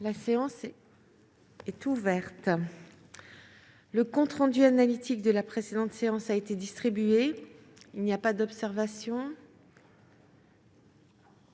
La séance est ouverte. Le compte rendu analytique de la précédente séance a été distribué. Il n'y a pas d'observation